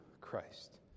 Christ